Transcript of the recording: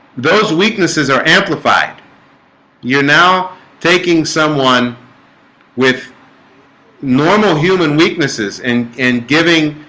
those weaknesses are amplified you're now taking someone with normal human weaknesses and in giving